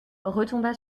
retomba